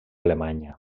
alemanya